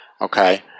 Okay